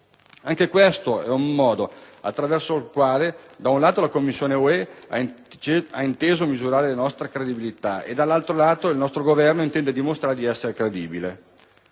Anche questo è un modo attraverso il quale, da un lato, la Commissione europea ha inteso misurare la nostra credibilità e, dall'altro lato, il nostro Governo intende dimostrare di essere credibile.